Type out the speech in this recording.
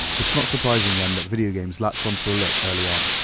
it's not surprising, then, that video games latched onto the look early on.